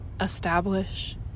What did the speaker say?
establish